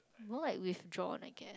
more like withdrawn I